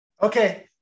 Okay